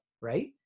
Right